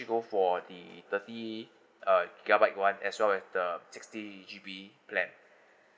go for the thirty uh gigabyte one as well as the sixty G_B plan